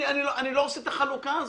אני לא עושה את החלוקה הזאת.